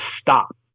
stop